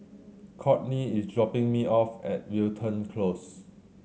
Kourtney is dropping me off at Wilton Close